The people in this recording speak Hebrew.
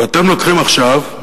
ואתם לוקחים עכשיו,